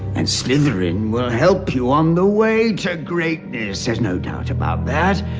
and slytherin will help you on the way to greatness. there's no doubt about that.